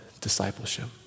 discipleship